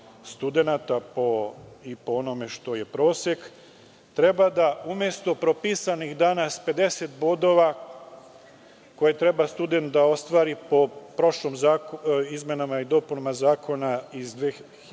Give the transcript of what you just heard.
studenata i po onome što je prosek, treba da, umesto propisanih danas 50 bodova, koje treba student da ostvari po izmenama i dopunama zakona iz 2012.